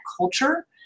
culture